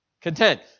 content